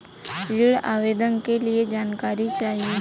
ऋण आवेदन के लिए जानकारी चाही?